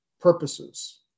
purposes